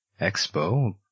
Expo